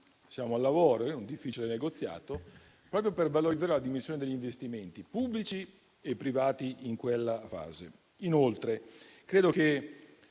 siamo al lavoro in un difficile negoziato, proprio per valorizzare la dimensione degli investimenti, pubblici e privati, in quella fase. Inoltre, credo che